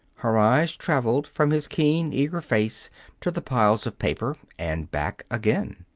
her eyes traveled from his keen, eager face to the piles of paper and back again.